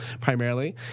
primarily